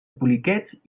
poliquets